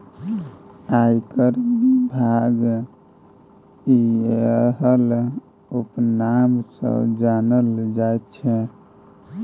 आयकर विभाग इएह उपनाम सँ जानल जाइत छै